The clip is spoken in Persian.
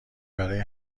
برای